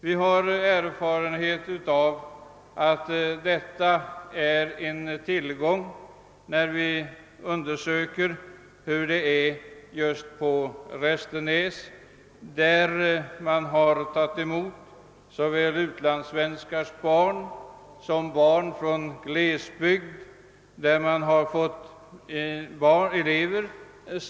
Det har visat sig vara en tillgång att man på Restenässkolan har kunnat ta emot såväl utlandssvenska elever som elever från glesbygd och elever som behövt miljöbyte.